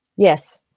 Yes